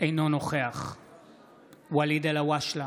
אינו נוכח ואליד אלהואשלה,